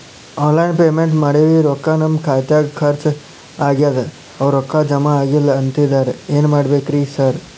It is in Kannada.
ಆನ್ಲೈನ್ ಪೇಮೆಂಟ್ ಮಾಡೇವಿ ರೊಕ್ಕಾ ನಮ್ ಖಾತ್ಯಾಗ ಖರ್ಚ್ ಆಗ್ಯಾದ ಅವ್ರ್ ರೊಕ್ಕ ಜಮಾ ಆಗಿಲ್ಲ ಅಂತಿದ್ದಾರ ಏನ್ ಮಾಡ್ಬೇಕ್ರಿ ಸರ್?